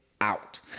out